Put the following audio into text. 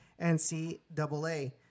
NCAA